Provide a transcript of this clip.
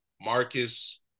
Marcus